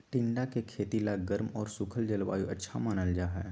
टिंडा के खेती ला गर्म और सूखल जलवायु अच्छा मानल जाहई